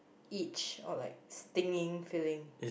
itch or like stinging feeling